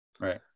right